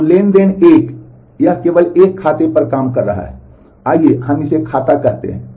तो ट्रांज़ैक्शन 1 यह केवल एक खाते पर काम कर रहा है आइए हम इसे खाता कहते हैं